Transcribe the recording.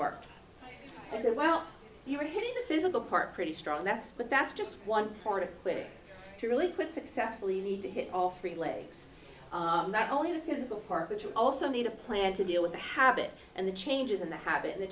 worked as a well you're hitting the physical part pretty strong that's but that's just one part of quitting truly quit successfully you need to hit all three legs not only the physical part but you also need a plan to deal with the habit and the changes in the habit and the